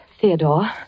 Theodore